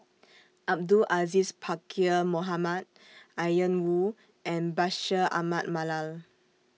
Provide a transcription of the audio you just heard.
Abdul Aziz Pakkeer Mohamed Ian Woo and Bashir Ahmad Mallal